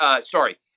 sorry